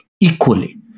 equally